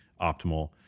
optimal